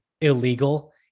illegal